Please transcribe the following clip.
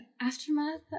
aftermath